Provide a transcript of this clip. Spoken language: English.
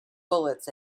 bullets